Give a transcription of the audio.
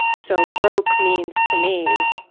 so broke means, to me,